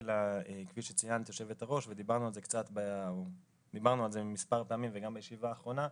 כפי שציינת היושבת-ראש ודיברנו על זה מספר פעמים וגם בישיבה האחרונה,